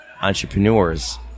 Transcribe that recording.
entrepreneurs